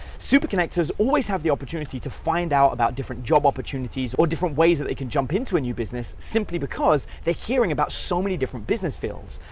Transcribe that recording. super connectors always have the opportunity to find out about different job opportunities or different ways that they can jump into a new business, simply because, they're hearing about so many different business fields,